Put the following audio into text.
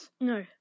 No